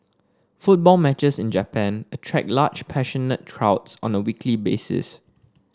football matches in Japan attract large passionate on a weekly basis